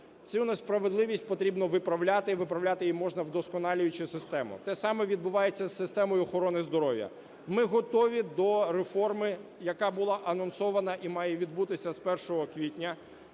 Цю несправедливість потрібно виправляти і виправляти її можна, вдосконалюючи систему. Те саме відбувається із системою охорони здоров'я. Ми готові до реформи, яка була анонсована і має відбутися з 1 квітня.